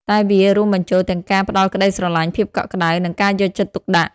តែវារួមបញ្ចូលទាំងការផ្ដល់ក្ដីស្រឡាញ់ ភាពកក់ក្ដៅ និងការយកចិត្តទុកដាក់។